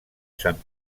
sant